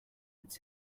its